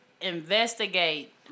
Investigate